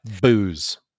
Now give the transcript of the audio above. booze